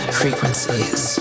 frequencies